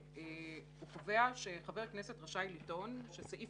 והוא קובע שחבר הכנסת רשאי לטעון שסעיף